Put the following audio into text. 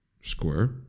square